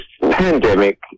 pandemic